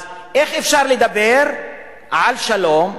אז איך אפשר לדבר על שלום,